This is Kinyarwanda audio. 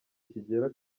kigera